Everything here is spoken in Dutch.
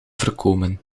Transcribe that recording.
voorkomen